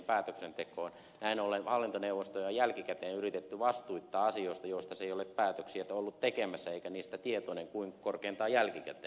näin ollen hallintoneuvostoja on jälkikäteen yritetty vastuuttaa asioista joista ne eivät ole päätöksiä olleet tekemässä eivätkä niistä tietoisia kuin korkeintaan jälkikäteen